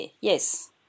yes